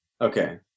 Okay